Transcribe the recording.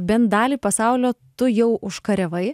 bent dalį pasaulio tu jau užkariavai